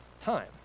time